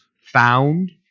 found